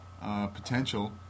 potential